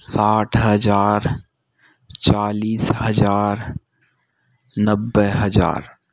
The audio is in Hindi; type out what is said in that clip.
साठ हज़ार चालीस हज़ार नब्बे हज़ार